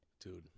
dude